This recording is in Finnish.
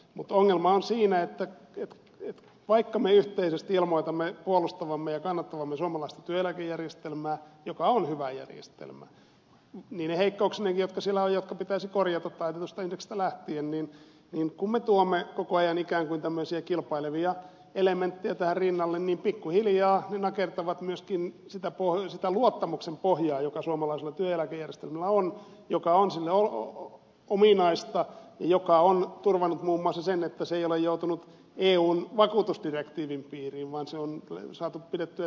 mutta ongelma on siinä että vaikka me yhteisesti ilmoitamme puolustavamme ja kannattavamme suomalaista työeläkejärjestelmää joka on hyvä järjestelmä niine heikkouksineenkin jotka siellä on ja jotka pitäisi korjata taitetusta indeksistä lähtien niin kun me tuomme koko ajan ikään kuin tämmöisiä kilpailevia elementtejä tähän rinnalle niin pikkuhiljaa ne nakertavat myöskin sitä luottamuksen pohjaa joka suomalaisella työeläkejärjestelmällä on joka on sille ominaista ja joka on turvannut muun muassa sen että se ei ole joutunut eun vakuutusdirektiivin piiriin vaan se on saatu pidettyä siitä erillään